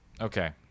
okay